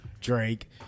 Drake